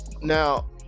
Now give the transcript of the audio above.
now